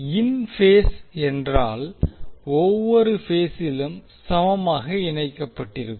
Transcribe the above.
இன் phase என்றால் ஒவ்வொரு பேசிலும் சமமாக இணைக்கப்பட்டிருக்கும்